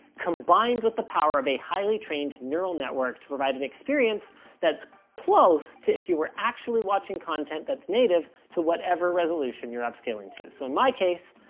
combined with the power of a highly trained neural network to provide an experience that's close to if you were actually watching content that's native to whatever resolution you're upscaling to. so in my case,